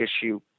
issue